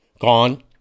Gone